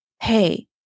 hey